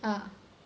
ah